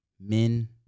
men